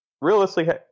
Realistically